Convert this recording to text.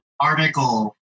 article